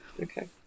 Okay